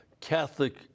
catholic